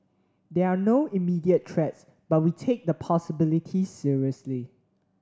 there are no immediate threats but we take the possibility seriously